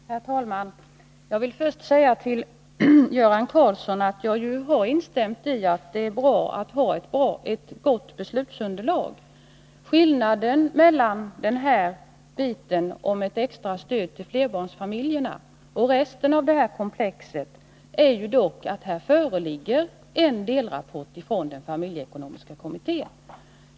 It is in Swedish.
Herr talman! Jag vill först säga till Göran Karlsson att jag ju har instämt i att det är bra att ha ett gott beslutsunderlag. Skillnaden mellan biten om ett extra stöd till flerbarnsfamiljerna och resten av komplexet är att här föreligger dock en delrapport från den familjeekonomiska kommittén.